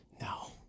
No